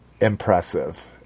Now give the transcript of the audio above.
impressive